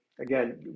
again